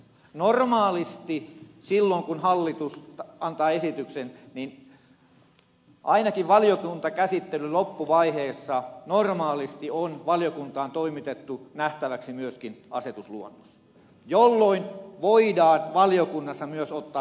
normaalisti silloin kun hallitus antaa esityksen ainakin valiokuntakäsittelyn loppuvaiheessa on valiokuntaan toimitettu nähtäväksi myöskin asetusluonnos jolloin voidaan valiokunnassa myös ottaa kantaa siihen